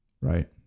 Right